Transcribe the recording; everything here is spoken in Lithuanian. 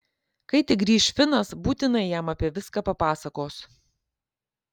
kai tik grįš finas būtinai jam apie viską papasakos